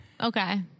Okay